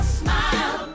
smile